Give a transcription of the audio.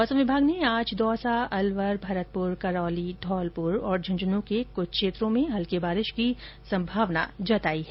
मौसम विभाग ने दौसा अलवर भरतपुर करौली धौलपुर और झुंझुनूं जिलों के कुछ स्थानों पर हल्की बारिश की संभावना जताई है